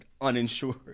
uninsured